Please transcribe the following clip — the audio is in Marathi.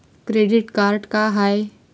क्रेडिट कार्ड का हाय?